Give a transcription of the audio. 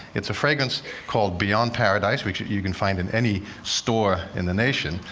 it's a fragrance called beyond paradise, which you can find in any store in the nation.